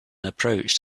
approached